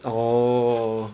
oh